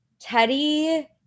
Teddy